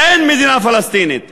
אין מדינה פלסטינית,